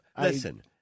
Listen